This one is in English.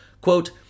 quote